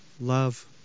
love